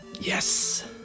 Yes